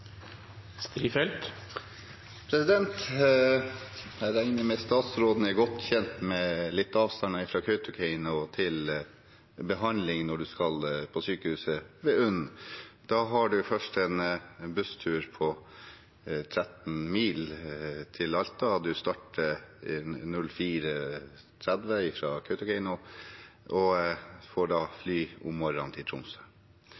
godt kjent med avstanden fra Kautokeino når man skal til behandling på sykehuset UNN. Da har man først en busstur på 13 mil til Alta, man starter kl. 04.30 fra Kautokeino og får fly om morgenen til Tromsø.